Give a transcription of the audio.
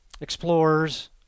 explorers